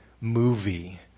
movie